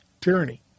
tyranny